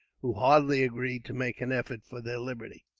who heartily agreed to make an effort for their liberty.